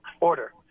order